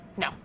No